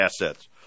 assets